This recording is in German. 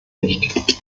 nicht